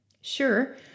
Sure